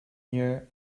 here